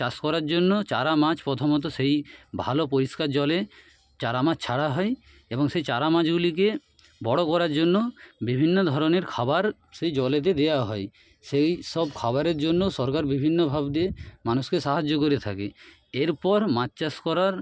চাষ করার জন্য চারা মাছ প্রথমত সেই ভালো পরিষ্কার জলে চারা মাছ ছাড়া হয় এবং সেই চারা মাছগুলিকে বড় করার জন্য বিভিন্ন ধরনের খাবার সেই জলে দেওয়া হয় সেই সব খাবারের জন্য সরকার বিভিন্নভাবে মানুষকে সাহায্য করে থাকে এরপর মাছ চাষ করার